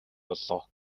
боллоо